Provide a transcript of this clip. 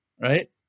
right